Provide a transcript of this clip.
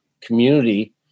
community